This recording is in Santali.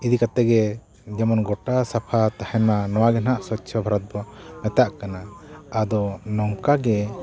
ᱤᱫᱤ ᱠᱟᱛᱮᱫ ᱜᱮ ᱡᱮᱢᱚᱱ ᱜᱚᱴᱟ ᱥᱟᱯᱷᱟ ᱛᱟᱦᱮᱱᱟ ᱱᱚᱣᱟ ᱜᱮ ᱱᱟᱦᱟᱜ ᱥᱚᱪᱪᱷᱚ ᱵᱷᱟᱨᱚᱛ ᱵᱚᱱ ᱢᱮᱛᱟᱜ ᱠᱟᱱᱟ ᱟᱫᱚ ᱱᱚᱝᱠᱟ ᱜᱮ